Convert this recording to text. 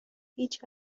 هیچ